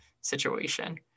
situation